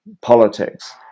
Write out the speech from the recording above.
politics